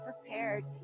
prepared